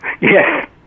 Yes